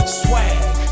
swag